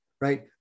right